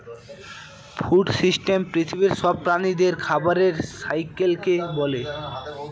food system পৃথিবীর সব প্রাণীদের খাবারের সাইকেলকে বলে